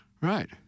Right